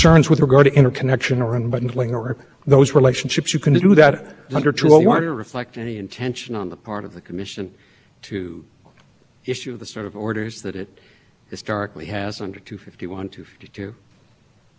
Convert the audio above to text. exactly why congress added a tech section to fifty one delves deeply into local and if you look at prior supreme court cases they've said that you cannot require in a connection you had a case here in this court before and said you can't use to a one to do interconnection so the